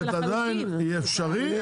עדיין יהיה אפשרי,